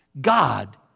God